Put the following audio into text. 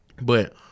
But-